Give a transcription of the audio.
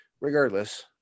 regardless